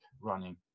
running